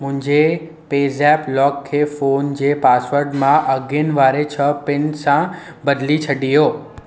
मुंहिंजे पेज़ेप्प लॉक खे फोन जे पासवर्ड मां अॻिनि वारे छह पिन सां बदिली छॾियो